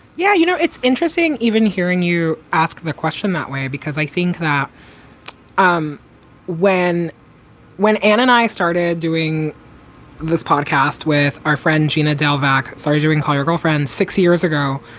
yeah. you know, it's interesting even hearing you ask the question that way, because i think that um when when anne and i started doing this podcast with our friend gina del vak, sorry, during your girlfriend's six years ago,